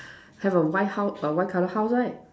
have a white house err white color house right